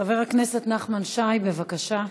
חבר הכנסת נחמן שי, בבקשה.